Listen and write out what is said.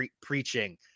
preaching